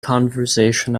conversation